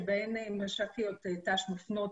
שבו משק"יות תנאי שירות מפנות